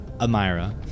Amira